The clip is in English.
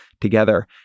together